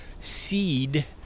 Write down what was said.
seed